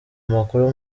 amakuru